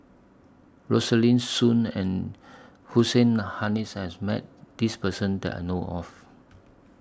Rosaline Soon and Hussein Haniff has Met This Person that I know of